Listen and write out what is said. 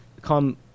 come